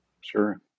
Sure